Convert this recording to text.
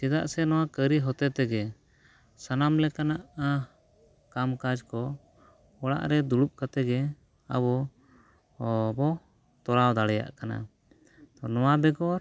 ᱪᱮᱫᱟᱜ ᱥᱮ ᱱᱚᱣᱟ ᱠᱟᱹᱨᱤ ᱦᱚᱛᱮᱡ ᱛᱮᱜᱮ ᱥᱟᱱᱟᱢ ᱞᱮᱠᱟᱱᱟᱜ ᱠᱟᱢ ᱠᱟᱡᱽ ᱠᱚ ᱚᱲᱟᱜ ᱨᱮ ᱫᱩᱲᱩᱵ ᱠᱟᱛᱮᱫ ᱜᱮ ᱟᱵᱚ ᱵᱚ ᱛᱚᱨᱟᱣ ᱫᱟᱲᱮᱭᱟᱜ ᱠᱟᱱᱟ ᱛᱚ ᱱᱚᱣᱟ ᱵᱮᱜᱚᱨ